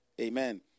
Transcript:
Amen